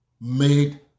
made